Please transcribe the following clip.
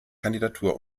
kandidatur